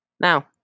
Now